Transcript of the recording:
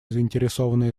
заинтересованные